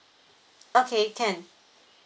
okay can